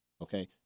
okay